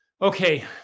Okay